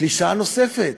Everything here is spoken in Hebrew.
קלישאה נוספת: